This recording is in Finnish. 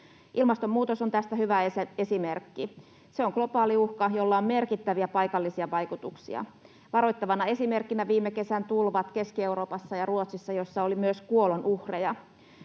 Ilmastonmuutos on tästä hyvä esimerkki. Se on globaali uhka, jolla on merkittäviä paikallisia vaikutuksia — varoittavana esimerkkinä viime kesän tulvat Keski-Euroopassa ja Ruotsissa, joissa oli myös kuolonuhreja.